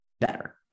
better